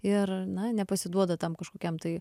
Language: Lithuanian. ir na nepasiduoda tam kažkokiam tai